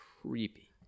creepy